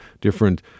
different